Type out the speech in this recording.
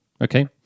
Okay